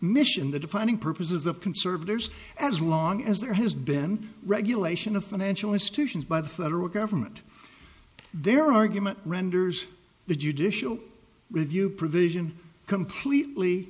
mission the defining purposes of conservators as long as there has been regulation of financial institutions by the federal government their argument renders the judicial review provision completely